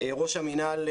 ראש המינהל,